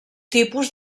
tipus